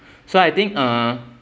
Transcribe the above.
so I think uh